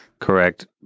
correct